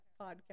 podcast